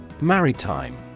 Maritime